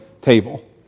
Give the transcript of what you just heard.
table